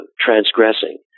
transgressing